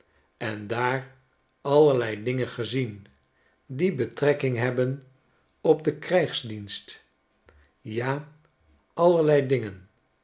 en daar allerlei dingen gezien die betrekking hebben op den krijgsdienst ja allerlei dingen